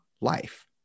life